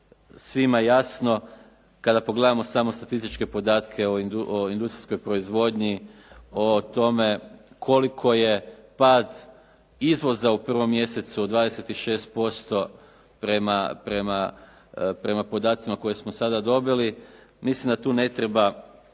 svima jasno kada pogledamo samo statističke podatke o industrijskoj proizvodnji, o tome koliko je pad izvoza u 1. mjesecu od 26% prema podacima koje smo sada dobili, mislim da tu ne treba